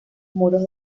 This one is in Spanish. muros